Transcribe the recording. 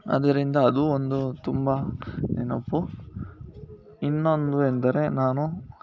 ಅದರಿಂದ ಅದು ಒಂದು ತುಂಬ ನೆನಪು ಇನ್ನೊಂದು ಎಂದರೆ ನಾನು